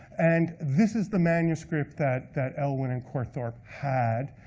and this is the manuscript that that elwin and courthope sort of had.